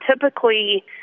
Typically